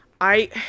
I-